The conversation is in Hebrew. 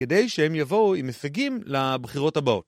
כדי שהם יבואו עם הישגים לבחירות הבאות.